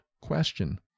question